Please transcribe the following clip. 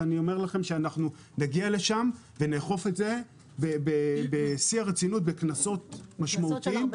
אני אומר לכם שנגיע לשם ונאכוף את זה בשיא הרצינות בקנסות משמעותיים.